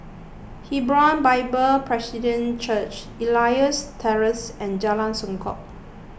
Hebron Bible Presbyterian Church Elias Terrace and Jalan Songket